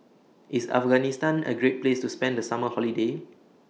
IS Afghanistan A Great Place to spend The Summer Holiday